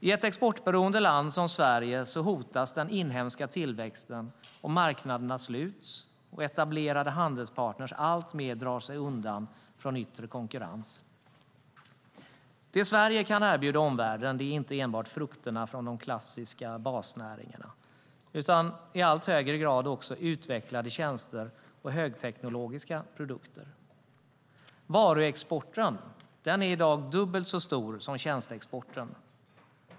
I ett exportberoende land som Sverige hotas den inhemska tillväxten om marknaderna sluts och etablerade handelspartner alltmer drar sig undan från yttre konkurrens. Det Sverige kan erbjuda omvärlden är inte enbart frukterna från de klassiska basnäringarna utan också i allt högre grad utvecklade tjänster och högteknologiska produkter. Varuexporten är i dag dubbelt så stor som tjänsteexporten.